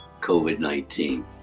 COVID-19